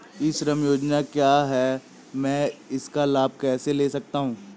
ई श्रम योजना क्या है मैं इसका लाभ कैसे ले सकता हूँ?